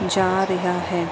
ਜਾ ਰਿਹਾ ਹੈ